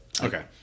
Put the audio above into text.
okay